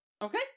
okay